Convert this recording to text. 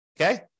Okay